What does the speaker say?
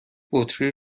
بطری